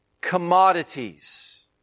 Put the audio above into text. commodities